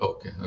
Okay